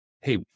hey